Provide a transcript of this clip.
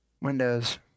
Windows